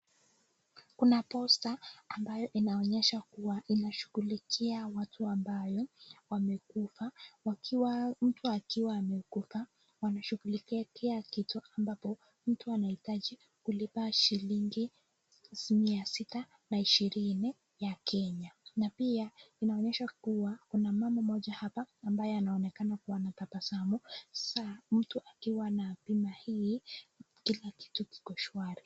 Kuna posta ambayo inaonyesha kuwa inashughulikia watu ambao wamekufa wakiwa mtu akiwa amekufa wanashughulikia kitu ambapo mtu anahitaji kulipa shilingi mia sita na ishirini ya Kenya. Na pia inaonyesha kuwa kuna mama mmoja hapa ambaye anaonekana kuwa anatabasamu. Saa mtu akiwa anapima hii kila kitu kiko shwari.